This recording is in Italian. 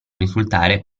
risultare